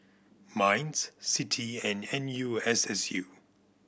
MINDS CITI E and N U S S U